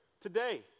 today